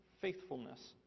faithfulness